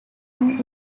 now